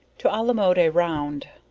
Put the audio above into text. to alamode a round.